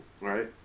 right